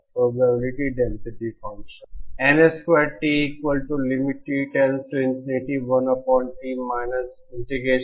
probability density function